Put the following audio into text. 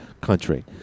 country